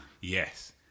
Yes